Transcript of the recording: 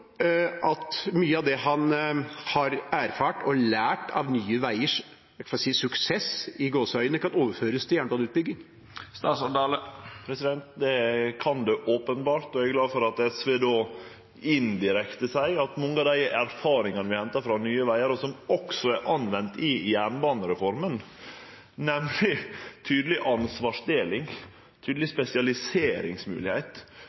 at mye av det han har erfart og lært av Nye veiers «suksess», kan overføres til jernbaneutbygging? Det kan det openbert, og eg er glad for at SV då – indirekte – seier at mange av dei erfaringane vi hentar frå Nye vegar, og som også er brukte i jernbanereforma, nemleg tydeleg ansvarsdeling, tydeleg